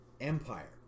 Empire